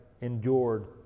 endured